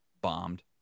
bombed